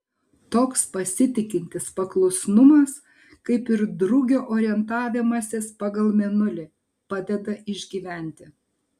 toks pasitikintis paklusnumas kaip ir drugio orientavimasis pagal mėnulį padeda išgyventi